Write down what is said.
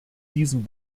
diesem